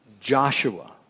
Joshua